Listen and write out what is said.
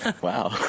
Wow